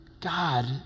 God